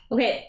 Okay